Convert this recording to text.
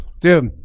dude